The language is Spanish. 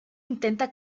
intenta